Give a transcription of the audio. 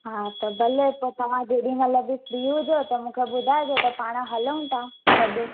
हा त भले पोइ तव्हां जेॾी महिल बि फ्री हुजो त मूंखे ॿुधाइजो त पाणि हलूं था गॾु